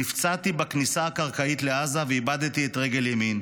נפצעתי בכניסה הקרקעית לעזה ואיבדתי את רגל ימין.